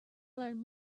learn